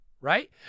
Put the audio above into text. right